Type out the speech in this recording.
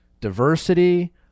diversity